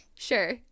Sure